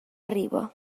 arriba